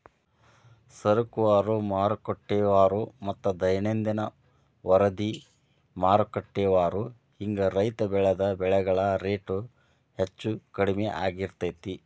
ಸರಕುವಾರು, ಮಾರುಕಟ್ಟೆವಾರುಮತ್ತ ದೈನಂದಿನ ವರದಿಮಾರುಕಟ್ಟೆವಾರು ಹಿಂಗ ರೈತ ಬೆಳಿದ ಬೆಳೆಗಳ ರೇಟ್ ಹೆಚ್ಚು ಕಡಿಮಿ ಆಗ್ತಿರ್ತೇತಿ